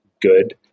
good